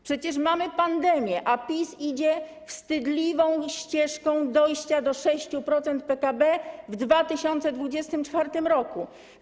Przecież mamy pandemię, a PiS idzie wstydliwą ścieżką dojścia do 6% PKB w 2024 r.